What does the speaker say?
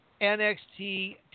NXT